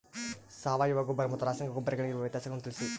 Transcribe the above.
ಸಾವಯವ ಗೊಬ್ಬರ ಮತ್ತು ರಾಸಾಯನಿಕ ಗೊಬ್ಬರಗಳಿಗಿರುವ ವ್ಯತ್ಯಾಸಗಳನ್ನು ತಿಳಿಸಿ?